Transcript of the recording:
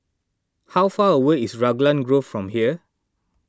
how far away is Raglan Grove from here